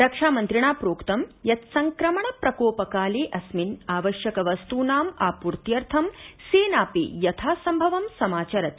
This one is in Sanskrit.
रक्षामन्त्रिणा प्रोक्तं यत् संक्रमणप्रकोपकाले अस्मिन् आवश्यकवस्तूनाम् आपूर्त्यर्थ सेनापि यथासम्भवं समाचरति